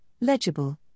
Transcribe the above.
legible